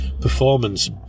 performance